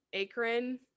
Akron